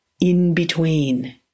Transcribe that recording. in-between